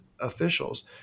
officials